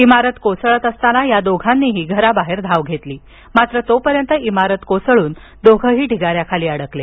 इमारत कोसळत असताना या दोघांनी घराबाहेर धाव घेतली मात्र तोपर्यंत इमारत कोसळून दोघेही ढिगाऱ्याखाली अडकले